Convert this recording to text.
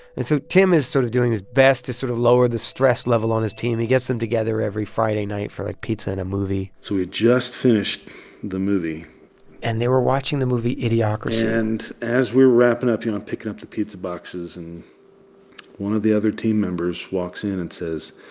and so tim is sort of doing his best to sort of lower the stress level on his team. he gets them together every friday night for, like, pizza and a movie so we just finished the movie and they were watching the movie idiocracy. and as we're wrapping up, you know, picking up the pizza boxes and one of the other team members walks in and says,